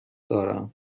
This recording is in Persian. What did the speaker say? دارم